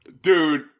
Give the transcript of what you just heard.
Dude